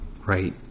right